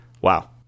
Wow